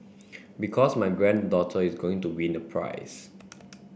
because my granddaughter is going to win a prize